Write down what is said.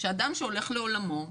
שאדם שהולך לעולמו,